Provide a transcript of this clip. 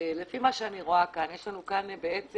ולפי מה שאני רואה כאן, יש לנו כאן בעצם